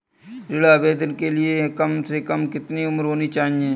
ऋण आवेदन के लिए कम से कम कितनी उम्र होनी चाहिए?